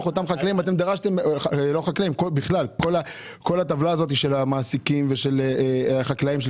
כל הטבלה הזאת של המעסיקים ושל חקלאים,